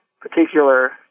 particular